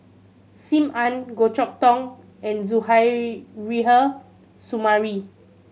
Sim Ann Goh Chok Tong and Suzairhe Sumari